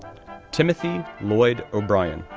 timothy lloyd o'brien,